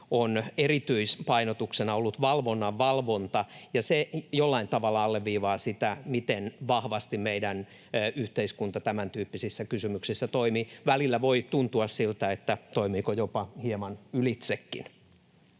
on erityispainotuksena ollut valvonnan valvonta, ja se jollain tavalla alleviivaa sitä, miten vahvasti meidän yhteiskunta tämäntyyppisissä kysymyksissä toimii — välillä voi tuntua siltä, toimiiko jopa hieman ylitsekin.